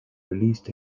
released